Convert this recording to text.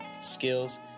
skills